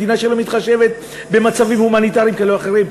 מדינה שלא מתחשבת במצבים הומניטריים כאלה או אחרים.